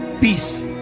Peace